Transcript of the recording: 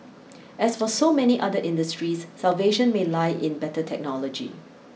as for so many other industries salvation may lie in better technology